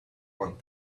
one